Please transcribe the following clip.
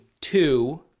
two